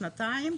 שנתיים,